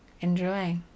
enjoy